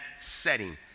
setting